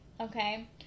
Okay